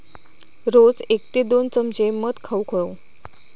रोज एक ते दोन चमचे मध खाउक हवो